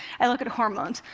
i look at hormones.